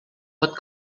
pot